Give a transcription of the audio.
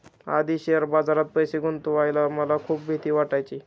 आधी शेअर बाजारात पैसे गुंतवायला मला खूप भीती वाटायची